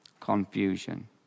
confusion